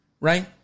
right